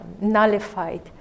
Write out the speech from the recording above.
nullified